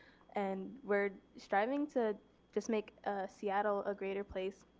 and we're striving to just make ah seattle a greater place.